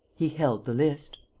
he held the list.